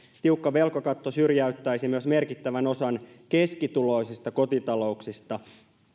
tiukka velkakatto syrjäyttäisi myös merkittävän osan keskituloisista kotitalouksista